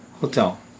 hotel